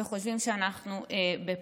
וחושבים שאנחנו ב"פקמן".